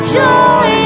joy